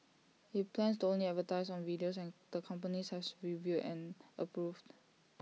IT plans to only advertise on videos and the companies has reviewed and approved